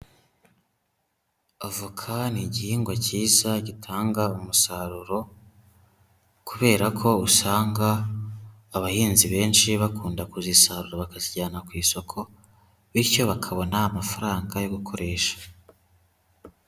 Avoka ni igihingwa cyiza gitanga umusaruro kubera ko usanga abahinzi benshi bakunda kuzisarura bakazijyana ku isoko bityo bakabona amafaranga yo gukoresha.